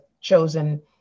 chosen